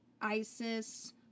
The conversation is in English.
Isis